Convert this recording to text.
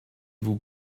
vous